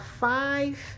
five